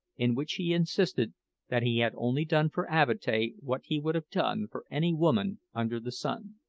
in which he insisted that he had only done for avatea what he would have done for any woman under the sun.